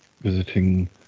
visiting